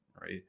right